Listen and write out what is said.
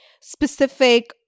specific